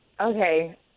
okay